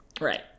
Right